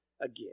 again